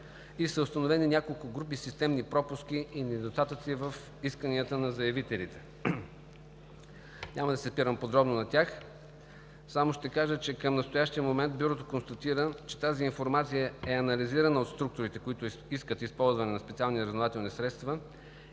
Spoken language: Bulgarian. и са установени няколко групи системни пропуски и недостатъци в исканията на заявителите. Няма да се спирам подробно на тях, само ще кажа, че към настоящия момент Бюрото констатира, че тази информация е анализирана от структурите, които искат използване на специални разузнавателни средства,